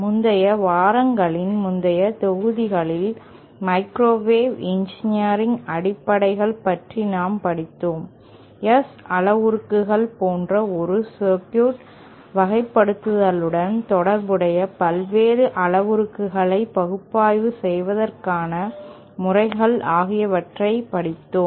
முந்தைய வாரங்களின் முந்தைய தொகுதிகளில் மைக்ரோவேவ் இன்ஜினியரிங் அடிப்படைகள் பற்றி நாம் படித்தோம் S அளவுருக்கள் போன்ற ஒரு சர்க்யூட் வகைப்படுத்தலுடன் தொடர்புடைய பல்வேறு அளவுருக்களை பகுப்பாய்வு செய்வதற்கான முறைகள் ஆகியவற்றை படித்தோம்